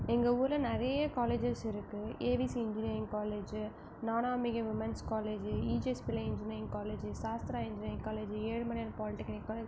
எங்கள் ஊரில் நிறைய காலேஜஸ் இருக்குது AVC engineering college Nanambigai women's college EGS Pillai engineering college Sastra engineering college Ezhumalaiyan polytechnic college